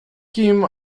kim